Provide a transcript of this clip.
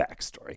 backstory